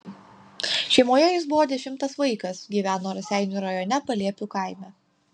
šeimoje jis buvo dešimtas vaikas gyveno raseinių rajone paliepių kaime